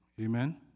Amen